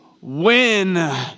Win